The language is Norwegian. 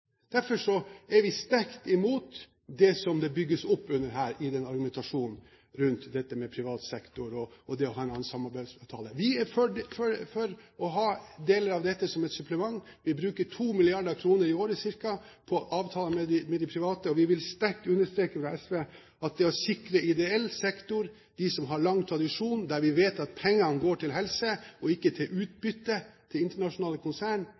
Derfor er vi sterkt imot det som det bygges opp under her i denne argumentasjonen angående privat sektor og å ha en annen samarbeidsavtale. Vi er for å ha deler av dette som et supplement. Vi bruker ca. 2 mrd. kr i året på avtaler med de private. Vi vil fra SVs side sterkt understreke at det er viktig å sikre samarbeidsavtale med ideell sektor – de som har lang tradisjon, og der vi vet at pengene går til helse, og ikke til utbytte til internasjonale konsern.